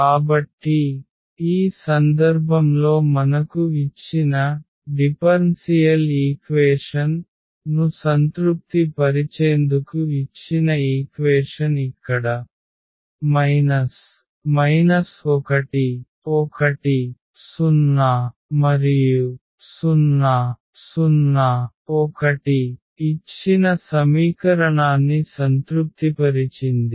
కాబట్టి ఈ సందర్భంలో మనకు ఇచ్చిన అవకలన సమీకరణాలు ను సంతృప్తి పరిచేందుకు ఇచ్చిన ఈక్వేషన్ ఇక్కడ 1 1 0 మరియు 0 0 1 ఇచ్చిన సమీకరణాన్ని సంతృప్తిపరిచింది